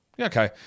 Okay